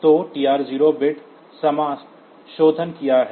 तो TR0 bit समाशोधन किया है